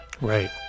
Right